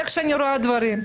איך שאני רואה דברים.